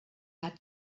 gat